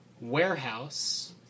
warehouse